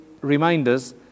reminders